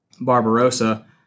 Barbarossa